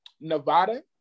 Nevada